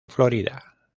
florida